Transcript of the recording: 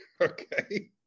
okay